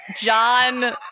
John